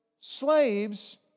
slaves